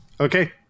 Okay